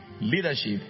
leadership